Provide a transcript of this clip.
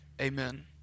amen